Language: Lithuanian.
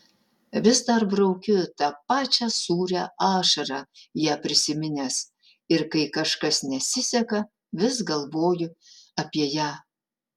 vis dar braukiu tą pačią sūrią ašarą ją prisiminęs ir kai kažkas nesiseka vis galvoju apie ją